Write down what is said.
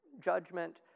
judgment